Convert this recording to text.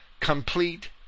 complete